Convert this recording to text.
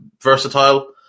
versatile